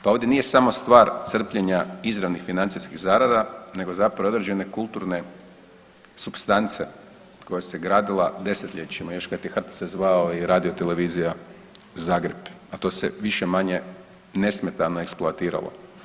Pa ovdje nije samo stvar crpljenja izravnih financijskih zarada, nego zapravo i određene kulturne supstance koja se gradila desetljećima još kad se HRT zvao i radio televizija Zagreb, a to se više-manje nesmetano eksploatiralo.